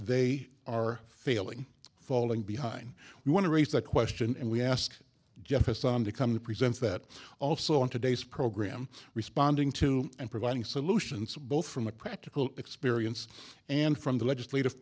they are failing falling behind we want to raise that question and we ask jefferson to come to present that also in today's program responding to and providing solutions both from a practical experience and from the legislative